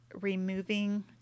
removing